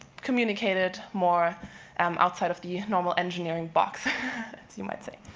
communicated more um outside of the normal engineering box, as you might say.